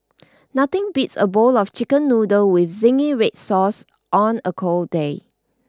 nothing beats a bowl of chicken noodles with Zingy Red Sauce on a cold day